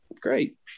great